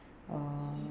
uh